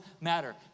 matter